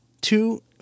two